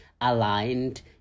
aligned